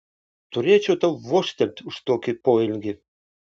turėčiau tau vožtelt už tokį poelgį